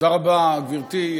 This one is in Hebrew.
תודה רבה, גברתי.